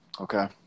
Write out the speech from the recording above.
Okay